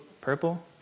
purple